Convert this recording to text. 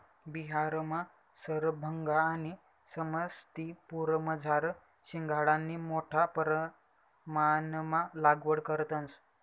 बिहारमा रसभंगा आणि समस्तीपुरमझार शिंघाडानी मोठा परमाणमा लागवड करतंस